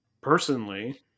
personally